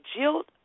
jilt